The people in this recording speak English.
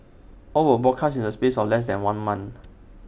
all were broadcast in the space of less than one month